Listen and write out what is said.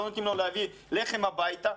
לא נותנים לו להביא לחם הביתה.